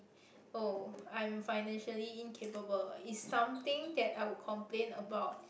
oh I am financially incapable it's something that I would complain about